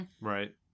right